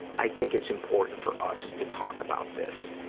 i think it's important for us to talk about this.